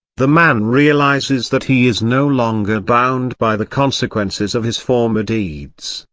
the man realises that he is no longer bound by the consequences of his former deeds,